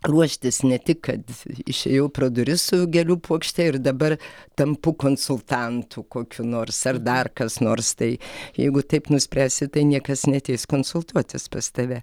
ruoštis ne tik kad išėjau pro duris su gėlių puokšte ir dabar tampu konsultantu kokiu nors ar dar kas nors tai jeigu taip nuspręsi tai niekas neateis konsultuotis pas tave